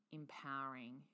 empowering